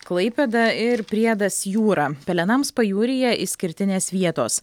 klaipėda ir priedas jūra pelenams pajūryje išskirtinės vietos